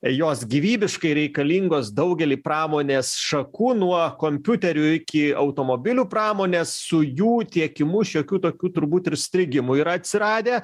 jos gyvybiškai reikalingos daugelį pramonės šakų nuo kompiuterių iki automobilių pramonės su jų tiekimu šiokių tokių turbūt ir strigimų yra atsiradę